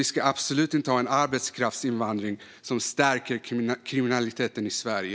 Vi ska absolut inte ha en arbetskraftsinvandring som stärker kriminaliteten i Sverige.